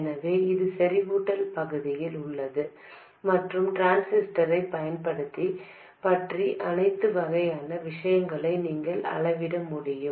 எனவே இது செறிவூட்டல் பகுதியில் உள்ளது மற்றும் டிரான்சிஸ்டரைப் பற்றிய அனைத்து வகையான விஷயங்களையும் நீங்கள் அளவிட முடியும்